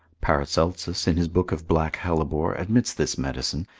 paracelsus, in his book of black hellebore, admits this medicine,